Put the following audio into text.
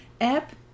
app